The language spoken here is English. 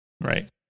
Right